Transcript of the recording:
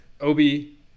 Obi